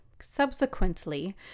subsequently